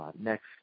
Next